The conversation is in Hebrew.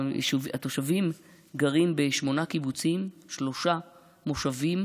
שגרים בשמונה קיבוצים, שלושה מושבים,